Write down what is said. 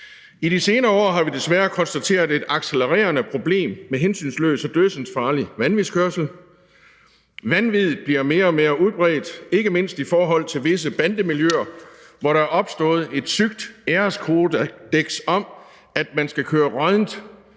I de senere år nu har vi desværre konstateret et accelererende problem med hensynsløs og dødsensfarlig vanvidskørsel. Vanviddet bliver mere og mere udbredt, ikke mindst i forhold til visse bandemiljøer, hvor der er opstået et sygt æreskodeks om, at man skal køre råddent